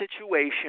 situation